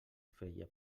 feia